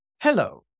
Hello